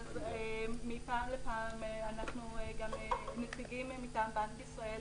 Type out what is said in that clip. מפעם לפעם אנחנו מציגים מטעם בנק ישראל,